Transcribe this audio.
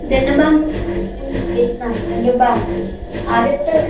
Zandu balm use చేసినా Zandu balm ఆవిరి కూడా